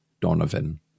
Donovan